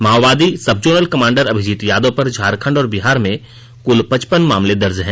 माओवादी subzonal commander Abhijit Yadav पर झारखंड और बिहार में कुल पचपन मामले दर्ज हैं